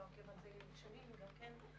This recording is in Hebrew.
אתה עוקב אחרי זה שנים.